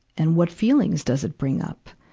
and what feelings does it bring up?